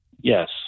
Yes